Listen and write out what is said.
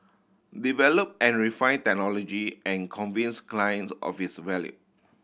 develop and refine technology and convince clients of its value